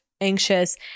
anxious